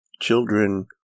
children